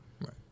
right